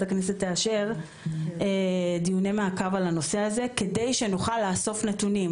הכנסת תאשר דיוני מעקב על הנושא הזה כדי שנוכל לאסוף נתונים.